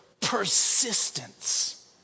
persistence